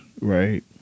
right